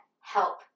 help